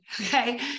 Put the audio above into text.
okay